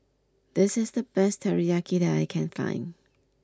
this is the best Teriyaki that I can find